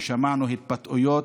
ושמענו התבטאויות.